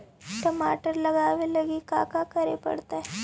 टमाटर लगावे लगी का का करये पड़तै?